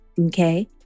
Okay